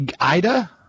Ida